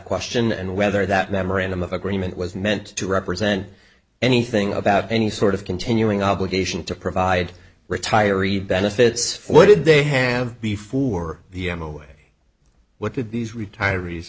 question and whether that memorandum of agreement was meant to represent anything about any sort of continuing obligation to provide retirees benefits for what did they have before the em away what did these retirees